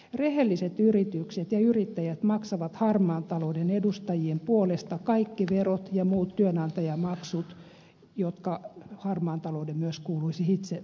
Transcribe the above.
rehelliset yritykset ja yrittäjät maksavat harmaan talouden edustajien puolesta kaikki verot ja muut työnantajamaksut jotka harmaan talouden myös kuuluisi itse suorittaa